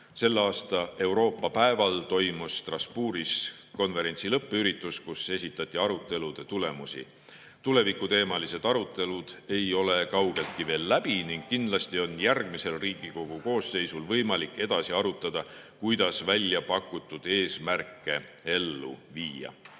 Selle aasta Euroopa päeval toimus Strasbourgis konverentsi lõppüritus, kus esitati arutelude tulemusi. Tulevikuteemalised arutelud ei ole kaugeltki veel läbi ning kindlasti on järgmisel Riigikogu koosseisul võimalik edasi arutada, kuidas väljapakutud eesmärke ellu viia. Selle